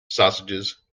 sausages